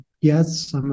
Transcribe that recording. Yes